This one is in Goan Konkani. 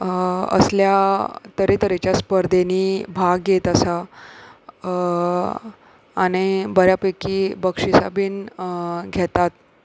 असल्या तरेतरेच्या स्पर्धेनी भाग घेत आसा आनी बऱ्या पैकी बक्षिसां बीन घेतात